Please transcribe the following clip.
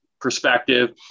perspective